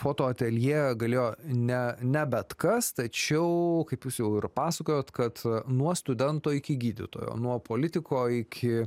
fotoateljė galėjo ne ne bet kas tačiau kaip jūs jau ir pasakojot kad nuo studento iki gydytojo nuo politiko iki